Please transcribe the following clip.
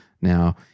Now